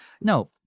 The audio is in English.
No